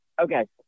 Okay